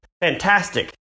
fantastic